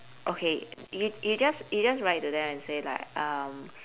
okay you you just you just write to them and say like um